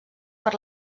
per